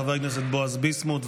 חבר הכנסת בועז ביסמוט,